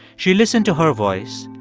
she listened to her voice,